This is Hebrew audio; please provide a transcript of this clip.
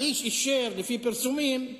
האיש אישר, לפי פרסומים,